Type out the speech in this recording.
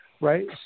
right